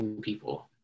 people